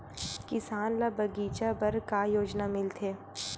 किसान ल बगीचा बर का योजना मिलथे?